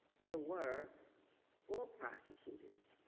there were four prosecutors